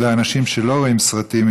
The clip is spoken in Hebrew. האנשים שלא רואים סרטים,